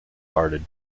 hearted